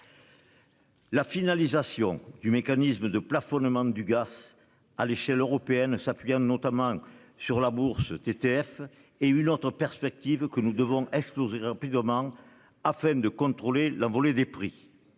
La finalisation du mécanisme de plafonnement du gars à l'échelle européenne, s'appuyant notamment sur la bourse TTF et une autre perspective que nous devons exploserait rapidement afin de contrôler l'envolée des prix.